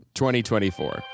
2024